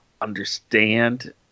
understand